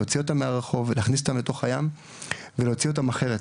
להוציא אותם מהרחוב ולהכניס אותם לתוך הים ולהוציא אותם אחרת,